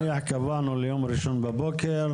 נניח קבענו ליום ראשון בבוקר,